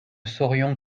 saurions